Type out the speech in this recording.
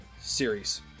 series